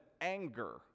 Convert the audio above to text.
anger